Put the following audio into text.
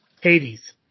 Hades